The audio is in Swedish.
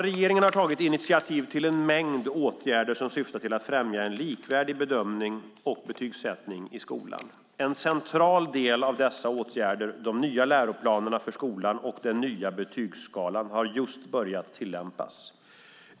Regeringen har tagit initiativ till en mängd åtgärder som syftar till att främja en likvärdig bedömning och betygssättning i skolan. En central del av dessa åtgärder, de nya läroplanerna för skolan och den nya betygsskalan, har just börjat tillämpas.